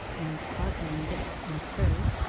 and sparkling bits and spurs,